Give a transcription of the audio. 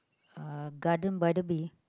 uh Garden-by-the-Bay